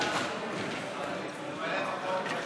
הצעת ועדת